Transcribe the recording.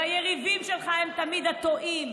והיריבים שלך הם תמיד הטועים,